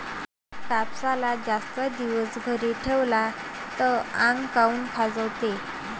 कापसाले जास्त दिवस घरी ठेवला त आंग काऊन खाजवते?